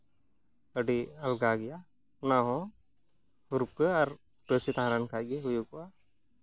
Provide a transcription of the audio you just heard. ᱟᱹᱰᱤ ᱟᱞᱜᱟ ᱜᱮᱭᱟ ᱚᱱᱟᱦᱚᱸ ᱨᱩᱠᱟᱹ ᱟᱨ ᱵᱟᱹᱥᱞᱟᱹ ᱛᱟᱦᱮᱸ ᱞᱮᱱᱠᱷᱟᱡ ᱜᱮ ᱦᱩᱭᱩᱜᱚᱜᱼᱟ